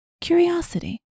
curiosity